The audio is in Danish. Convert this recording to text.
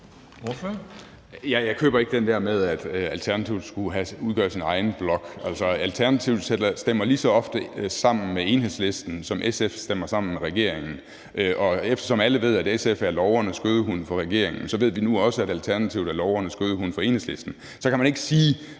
Jeg køber ikke den der med, at Alternativet skulle udgøre sin egen blok. Alternativet stemmer lige så ofte sammen med Enhedslisten, som SF stemmer sammen med regeringen, og eftersom alle ved, at SF er logrende skødehund for regeringen, ved vi nu også, at Alternativet er logrende skødehund for Enhedslisten. Så kan man ikke,